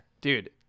dude